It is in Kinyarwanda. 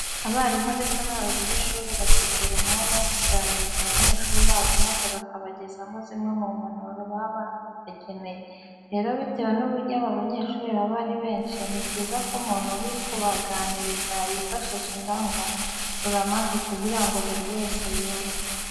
Abarimu ndetse n'abayobozi b'ishuri bategura umwanya wo kuganiriza abanyeshuri babo maze bakabagezaho zimwe mu mpanuro baba babageneye. Rero bitewe n'uburyo aba banyeshuri baba ari benshi, ni byiza ko umuntu uri kubaganiriza yifashisha indangururamajwi kugira ngo buri wese yumve.